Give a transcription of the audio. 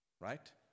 right